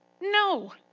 No